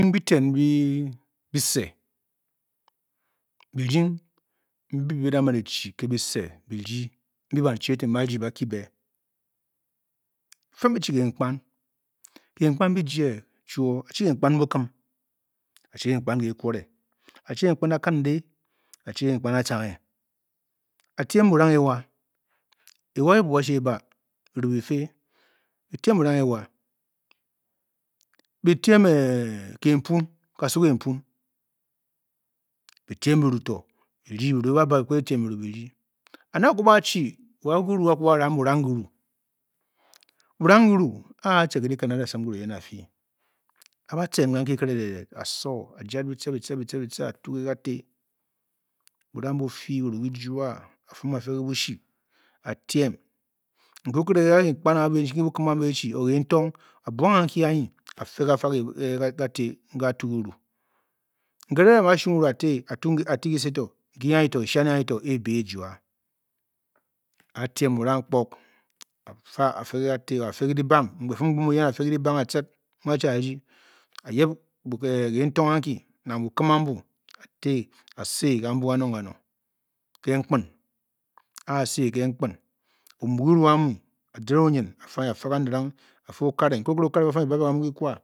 Nyin mbi ten mbi bise. birding mbi bi da maan echi kiese. mbi banchi eten ba-rdi ba-kie bě bi fuan e-chi kenkpan. benkpan bi jie chuoo- a-chi kenkpan bukim. achi kenkpan ge. ke kwore, aɛ chi kenkpan akinde, achi kenkpan atcanghe atiem burang ewa. ewa ryi ebuob ga shuu e-ba. biru bifě bi tiem burang ewa. bi tiem gasuu kenpuun. bi tiem biru to. biru biǐ bǎ bâ, bi kped etiem biru bi-rdii and a-kii ba-chi. wa ki ruan a-ku a-ba ram burang giru. burang gi ru. a-atce ke dikan a-da sim ki ru eyen afi a-ba tsen ganki kereded ded a-so. ajad bitce bitce bitce a-tuu ke ga te, burang bu fii kiru ki jua. a-fum a-fe ke bu shii a-tiem. Nkere okírě e kem kpan ge a-muu a-be e-rdi. e bukimi imi a-be e-rdi or kentong a-bong gan kii anyi a-fe ga fa. Ga tě nke a tuu kiru. nkere a mung a-shung kiru ǎtě, ạ te̱ ki sě to noi anyi to. eshian anyi to e-bi ejua A-tiem burang kpog a-fa. a-fe ge ka te or a-fe ke di bang a-fum mgboo miyen a-fe ke dibang a-tcid, mbuu a-chi a-rdi. a-yib kentong anki. na bukim ambu a-te a-sè. Kamjau kanong kanong, ke nkpin, a-se ke nkip omu kiru amu a-dírè onyin a-fe anyi a-fe ka niring a-fe okare. nkere okre okare ba fuam e-bibe ka mmu gi kwa.